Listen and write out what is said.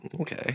Okay